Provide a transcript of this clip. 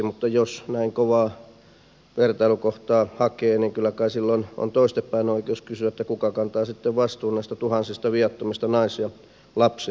mutta jos näin kovaa vertailukohtaa hakee niin kyllä kai silloin on toisinpäin oikeus kysyä kuka kantaa sitten vastuun näistä tuhansista viattomista nais ja lapsiuhreista